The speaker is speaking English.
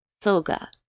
Soga